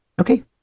Okay